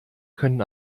können